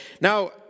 Now